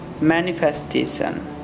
manifestation